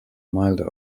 milder